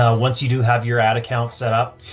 ah once you do have your ad account set up,